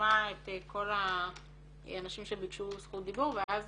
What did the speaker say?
--- נשמע את כל האנשים שביקשו זכות דיבור ואז